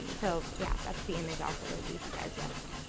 so, yeah, that's the image i'll sort of leave you guys with.